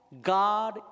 God